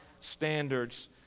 standards